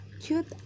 cute